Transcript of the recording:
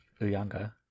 Uyanga